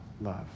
love